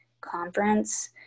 conference